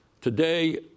Today